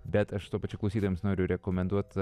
bet aš tuo pačiu klausytojams noriu rekomenduot